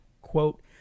quote